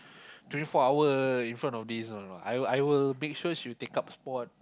twenty four hour in front of this no no no I will I will make sure she will take up sport